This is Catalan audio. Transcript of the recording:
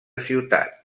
ciutat